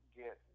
get